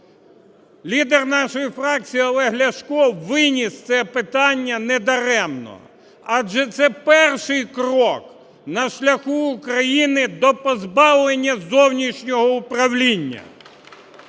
Лідер нашої фракції Олег Ляшко виніс це питання недаремно, адже це перший крок на шляху України до позбавлення зовнішнього управління,